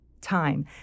time